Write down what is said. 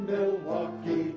Milwaukee